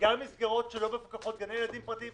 גם מסגרות שלא מפוקחות, גני ילדים פרטיים.